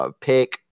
pick